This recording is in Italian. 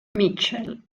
mitchell